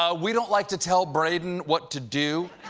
um we don't like to tell braden what to do.